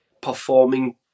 performing